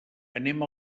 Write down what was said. anem